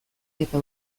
eta